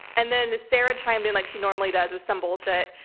and then sarah chimed in like she normally does with some bullshit.